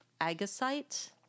Agasite